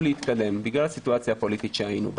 להתקדם בגלל הסיטואציה הפוליטית שנוצרה.